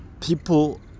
people